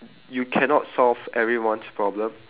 you cannot solve everyone's problem